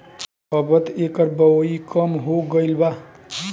अबत एकर बओई कम हो गईल बा